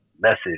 message